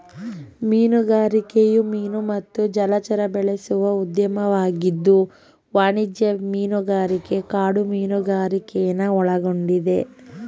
ಮೀನುಗಾರಿಕೆಯು ಮೀನು ಮತ್ತು ಜಲಚರ ಬೆಳೆಸುವ ಉದ್ಯಮವಾಗಿದ್ದು ವಾಣಿಜ್ಯ ಮೀನುಗಾರಿಕೆ ಕಾಡು ಮೀನುಗಾರಿಕೆನ ಒಳಗೊಂಡಿದೆ